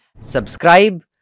Subscribe